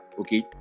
okay